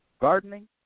gardening